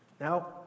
Now